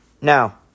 Now